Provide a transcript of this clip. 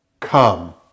come